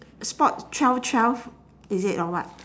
spot twelve twelve is it or what